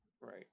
right